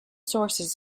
sources